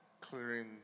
clearing